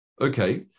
Okay